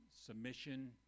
submission